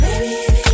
baby